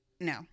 No